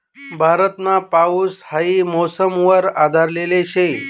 भारतमा पाऊस हाई मौसम वर आधारले शे